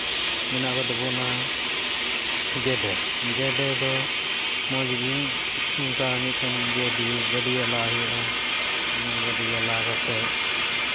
ᱢᱮᱱᱟᱜ ᱠᱚᱛᱟ ᱵᱚᱱᱟ ᱜᱮᱰᱮ ᱜᱮᱰᱮ ᱫᱚ ᱢᱚᱡᱽ ᱜᱮ ᱚᱱᱠᱟ ᱢᱤᱫᱴᱮᱱ ᱜᱟᱹᱰᱭᱟᱹ ᱞᱟᱭ ᱦᱩᱭᱩᱜᱼᱟ ᱚᱱᱟ ᱜᱟᱹᱰᱭᱟᱹ ᱞᱟ ᱠᱟᱛᱮ